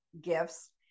gifts